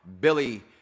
Billy